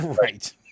Right